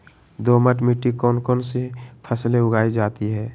दोमट मिट्टी कौन कौन सी फसलें उगाई जाती है?